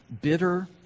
bitter